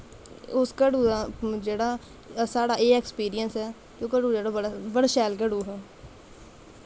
उस घड़ू दा जेह्ड़ा साढ़ा एह् अक्सपिरिंस ऐ ते घड़ू जेह्ड़ा बड़ा शैल घड़ू हा